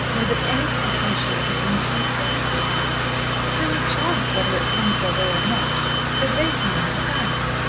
know that any temptation would have been too strong for them it's only chance whether it comes their way or not so they can understand.